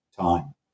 time